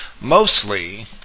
Mostly